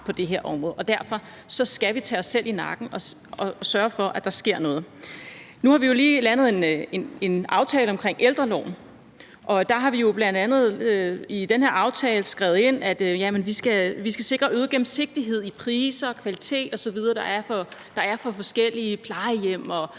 derfor skal vi tage os selv i nakken og sørge for, at der sker noget. Nu har vi jo lige landet en aftale omkring ældreloven, og i den her aftale har vi bl.a. skrevet ind, at vi skal sikre øget gennemsigtighed i priser, kvalitet osv. for forskellige plejehjem og